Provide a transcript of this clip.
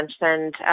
mentioned